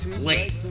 late